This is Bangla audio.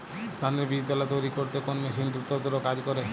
ধানের বীজতলা তৈরি করতে কোন মেশিন দ্রুততর কাজ করে?